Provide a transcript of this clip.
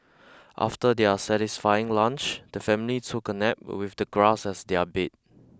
after their satisfying lunch the family took a nap with the grass as their bed